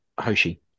Hoshi